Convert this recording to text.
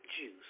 juice